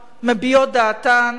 מביעות דעתן,